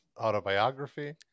autobiography